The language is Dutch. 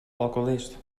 alcoholist